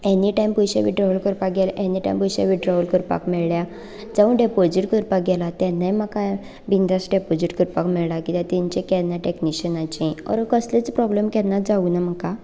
anytime पयशे withdrawal करपाक गेलें एनीटायम पयशे वितड्रॉवल करपाक मेळ्ळ्या जावं डेपोजीट करपाक गेलां तेन्नाय म्हाका बिनदास डेपोजीट करपाक मेळ्ळां कित्याक तांचें केन्नाच टेक्नीशनाचे ओर कसलेच प्रोब्लेम केन्नाच जावं ना म्हाका